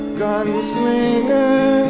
gunslinger